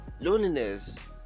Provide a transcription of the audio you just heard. loneliness